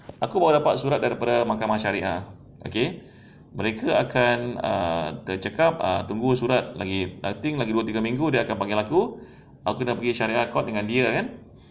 aku baru dapat surat dari mahkamah syariah okay mereka akan uh dia cakap ah tunggu surat lagi I think lagi dua minggu dia akan panggil aku aku pergi syariah court dengan dia kan